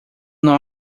não